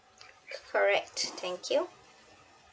correct thank you